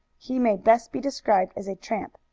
he may best be described as a tramp,